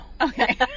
Okay